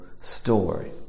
story